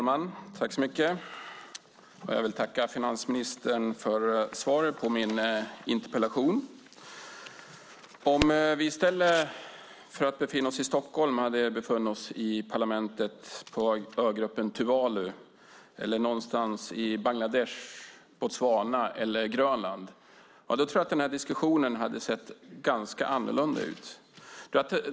Fru talman! Jag vill tacka finansministern för svaret på min interpellation. Om vi i stället för att befinna oss i Stockholm hade befunnit oss i parlamentet på ögruppen Tuvalu eller någonstans i Bangladesh, Botswana eller Grönland hade diskussionen sett annorlunda ut.